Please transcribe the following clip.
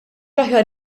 aħjar